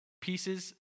pieces